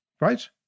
Right